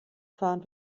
fahren